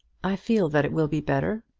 i feel that it will be better.